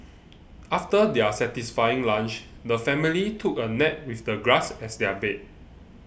after their satisfying lunch the family took a nap with the grass as their bed